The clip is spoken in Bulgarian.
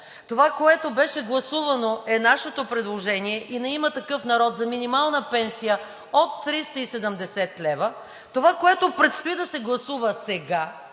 Това, което беше гласувано, е нашето предложение и на „Има такъв народ“ за минимална пенсия от 370 лв. Това, което предстои да се гласува,